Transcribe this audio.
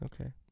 Okay